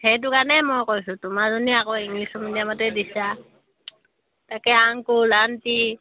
সেইটো কাৰণেই মই কৈছোঁ তোমাৰজনী আকৌ ইংলিছ মিডিয়ামতে দিছা তাকে আংকুল আন্টি